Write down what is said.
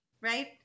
right